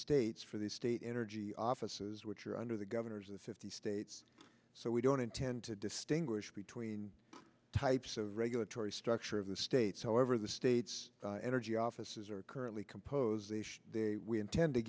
states for the state energy offices which are under the governors of the fifty states so we don't intend to distinguish between types of regulatory structure of the states however the states energy offices are currently composed they should we intend to